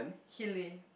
helli